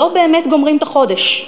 לא באמת גומרים את החודש.